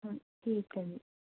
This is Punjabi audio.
ਹਾਂ ਠੀਕ ਹੈ ਜੀ